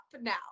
now